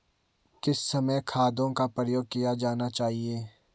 किस समय खादों का प्रयोग किया जाना चाहिए?